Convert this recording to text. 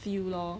feel lor